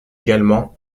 également